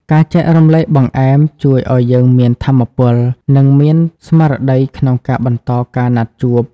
ការចែករំលែកបង្អែមជួយឱ្យយើងមានថាមពល និងមានស្មារតីល្អក្នុងការបន្តការណាត់ជួប។